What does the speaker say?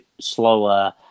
slower